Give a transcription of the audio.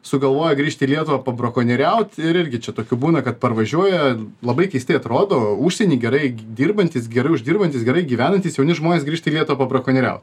sugalvoja grįžt į lietuvą brakonieriaut irgi čia tokių būna kad parvažiuoja labai keistai atrodo užsieny gerai dirbantys gerai uždirbantys gerai gyvenantys jauni žmonės grįšta į lietuvą pabrakonieriau